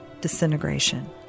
disintegration